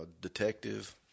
detective